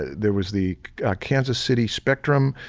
there was the kansas city spectrum,